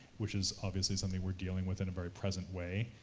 which is obviously something we're dealing with in a very present way,